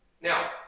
Now